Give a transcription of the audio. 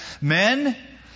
Men